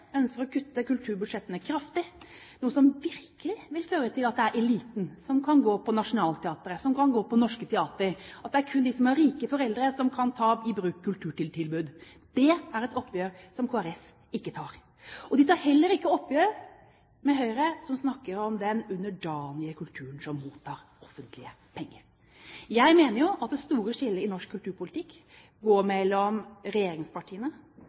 ønsker å kutte kulturbudsjettene kraftig, noe som virkelig vil føre til at det er eliten som kan gå på Nationaltheatret, som kan gå på norske teatre, og at det kun vil være de som har rike foreldre, som kan ta i bruk kulturtilbud. Det er et oppgjør som Kristelig Folkeparti ikke tar. De tar heller ikke oppgjør med Høyre, som snakker om den underdanige kulturen som mottar offentlige penger. Jeg mener at det store skillet i norsk kulturpolitikk går mellom regjeringspartiene,